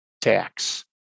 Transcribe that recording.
tax